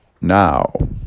now